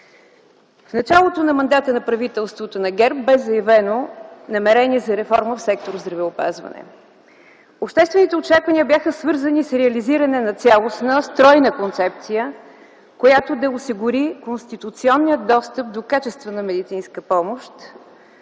В началото на мандата на правителството на ГЕРБ бе заявено намерение за реформа в сектор „Здравеопазване”. Обществените очаквания бяха свързани с реализиране на цялостна стройна концепция, която да осигури конституционния достъп до качествена медицинска помощ,